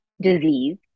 disease